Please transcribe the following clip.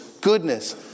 goodness